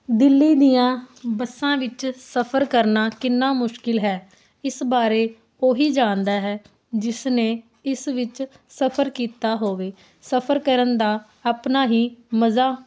ਦਿੱਲੀ ਦੀਆਂ ਬੱਸਾਂ ਵਿੱਚ ਸਫਰ ਕਰਨਾ ਕਿੰਨਾ ਮੁਸ਼ਕਿਲ ਹੈ ਇਸ ਬਾਰੇ ਉਹੀ ਜਾਣਦਾ ਹੈ ਜਿਸਨੇ ਇਸ ਵਿੱਚ ਸਫਰ ਕੀਤਾ ਹੋਵੇ ਸਫਰ ਕਰਨ ਦਾ ਆਪਣਾ ਹੀ ਮਜ਼ਾ